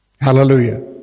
Hallelujah